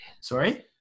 Sorry